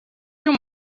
you